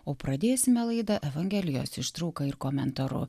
o pradėsime laidą evangelijos ištrauka ir komentaru